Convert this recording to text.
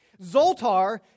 Zoltar